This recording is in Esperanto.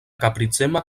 kapricema